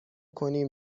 کنیم